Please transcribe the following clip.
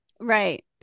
Right